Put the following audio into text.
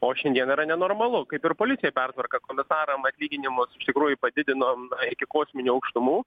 o šiandien yra nenormalu kaip ir policijoj pertvarka komisaram atlyginimus iš tikrųjų padidinom iki kosminių aukštumų